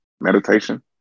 meditation